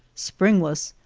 springless,